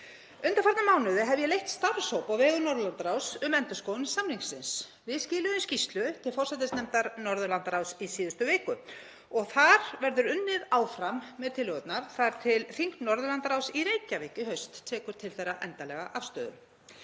Undanfarna mánuði hef ég leitt starfshóp á vegum Norðurlandaráðs um endurskoðun samningsins. Við skiluðum skýrslu til forsætisnefndar Norðurlandaráðs í síðustu viku og þar verður unnið áfram með tillögurnar þar til þing Norðurlandaráðs í Reykjavík í haust tekur endanlega afstöðu